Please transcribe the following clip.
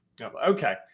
Okay